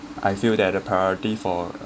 I feel that a priority for